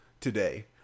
today